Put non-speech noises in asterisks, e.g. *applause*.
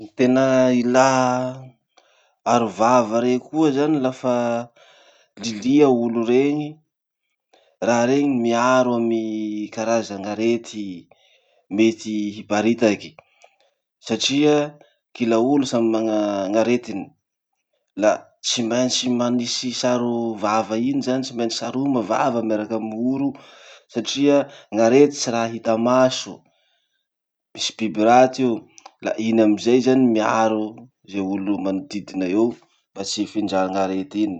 *noise* Ny tena ilà arovava rey koa zany lafa lilia olo reny. Raha reny miaro amy karazan'arety mety hiparitaky satria kila olo samy mana gn'aretiny. La tsy maintsy manisy sarovava iny zany, tsy maintsy saroma vava miaraky amy oro satria gn'arety tsy raha hita maso. Misy biby raty io. La iny amizay zany miaro ze olo manodidina eo mba tsy hifindra gn'arety iny.